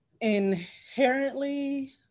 inherently